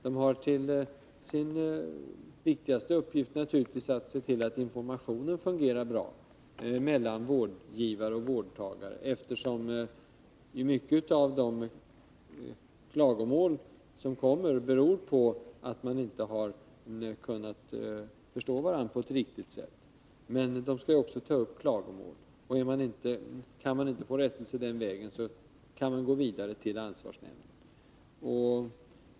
Deras viktigaste uppgift är att se till att informationen fungerar bra mellan vårdgivare och vårdtagare, eftersom många av klagomålen beror på att man inte har kunnat förstå varandra på ett riktigt sätt. Men de skall också ta upp klagomål. Kan man inte få rättelse den vägen, kan man gå vidare till ansvarsnämnden.